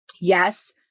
Yes